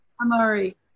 Amari